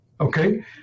okay